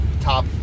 top